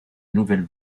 nouvelle